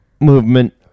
movement